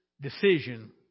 decision